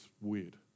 weird